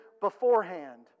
beforehand